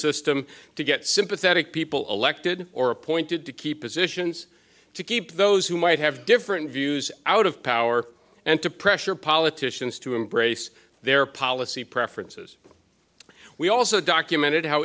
system to get sympathetic people elected or appointed to keep positions to keep those who might have different views out of power and to pressure politicians to embrace their policy preferences we also documented how